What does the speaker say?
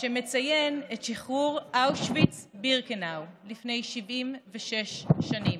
חשוב להבין שיום השואה